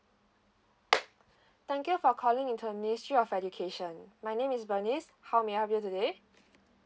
thank you for calling into the ministry of education my name is bernice how may I help you today